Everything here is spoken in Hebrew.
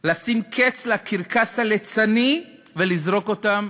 לשים קץ לקרקס הליצני ולזרוק אותם